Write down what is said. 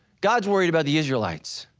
god's worried about the israelites,